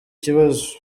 kibazo